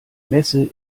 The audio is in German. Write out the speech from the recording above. messe